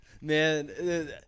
man